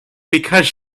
because